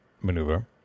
maneuver